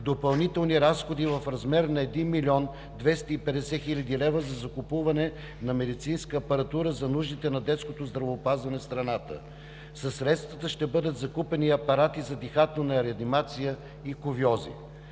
допълнителни разходи в размер на 1 млн. 250 хил. лв. за закупуване на медицинска апаратура за нуждите на детското здравеопазване в страната. Със средствата ще бъдат закупени и апарати за дихателна реанимация и кувьози.